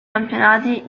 campionati